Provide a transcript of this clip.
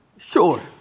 Sure